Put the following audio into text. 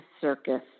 circus